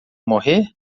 morrer